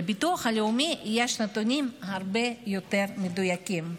לביטוח הלאומי יש נתונים הרבה יותר מדויקים.